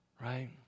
Right